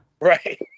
Right